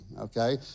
okay